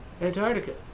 Antarctica